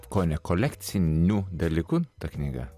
kone kolekciniu dalyku ta knyga